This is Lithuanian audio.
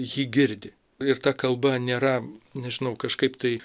jį girdi ir ta kalba nėra nežinau kažkaip tai